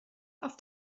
auf